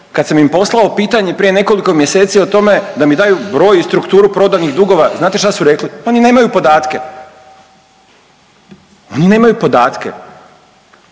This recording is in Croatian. Kad sam im poslao pitanje prije nekoliko mjeseci o tome da mi daju broj i strukturu prodanih dugova, znate šta su rekli? Pa ni nemaju podatke, oni nemaju podatke,